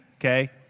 okay